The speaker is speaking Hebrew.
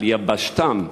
על יבשתם,